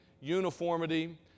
uniformity